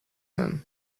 him